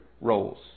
roles